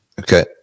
Okay